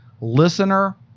Listener